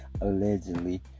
Allegedly